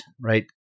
right